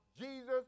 Jesus